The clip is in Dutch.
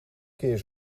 keer